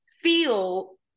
feel